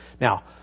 Now